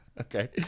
Okay